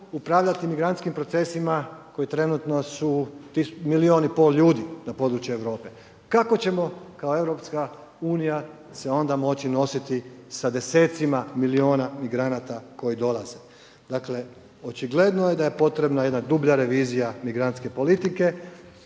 upravljati migrantskim procesima koji trenutno su milijun i pol ljudi na području Europe. Kako ćemo kao EU se onda moći nositi sa desecima milijuna migranata koji dolaze? Dakle, očigledno je da je potrebna jedna dublja revizija migrantske politike